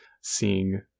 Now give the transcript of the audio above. seeing